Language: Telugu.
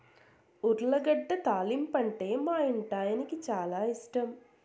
ఉర్లగడ్డ తాలింపంటే మా ఇంటాయనకి చాలా ఇష్టం